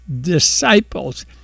Disciples